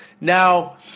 Now